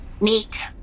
Neat